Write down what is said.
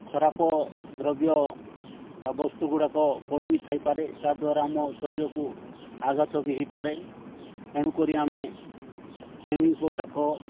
ଖରାପ ଦ୍ରବ୍ୟ ବା ବସ୍ତୁ ଗୁଡ଼ାକ ପଡ଼ି ବି ଥାଇପାରେ ତା' ଦ୍ଵାରା ଆମ ଶରୀରକୁ ଆଘାତ ବି ହୋଇପାରେ ଏଣୁକରି ଆମେ ସୁଇମିଂ ପୋଷାକ